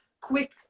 quick